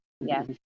yes